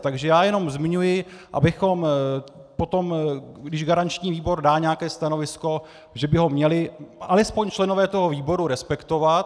Takže já jen zmiňuji, abychom potom, když garanční výbor dá nějaké stanovisko, že by ho měli alespoň členové toho výboru respektovat.